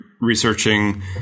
researching